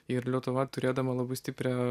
ir lietuva turėdama labai stiprią